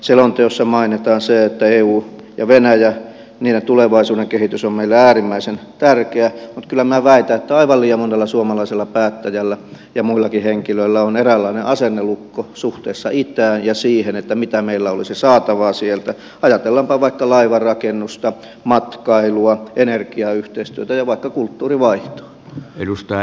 selonteossa mainitaan se että eun ja venäjän tulevaisuuden kehitys on meille äärimmäisen tärkeä mutta kyllä minä väitän että aivan liian monella suomalaisella päättäjällä ja muillakin henkilöillä on eräänlainen asennelukko suhteessa itään ja siihen mitä meillä olisi saatavaa sieltä ajatellaanpa vaikka laivanrakennusta matkailua energiayhteistyötä ja vaikka kulttuurivaihtoa